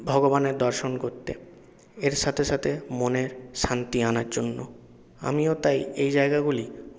ভগবানের দর্শন করতে এর সাথে সাথে মনের শান্তি আনার জন্য আমিও তাই এই জায়গাগুলি